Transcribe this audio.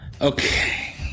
Okay